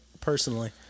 personally